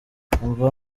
umva